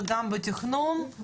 וגם בתכנון.